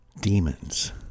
Demons